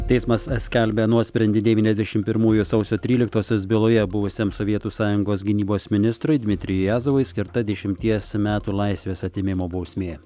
teismas skelbia nuosprendį devyniasdešim pirmųjų sausio tryliktosios byloje buvusiam sovietų sąjungos gynybos ministrui dmitrijui jazovui skirta dešimties metų laisvės atėmimo bausmė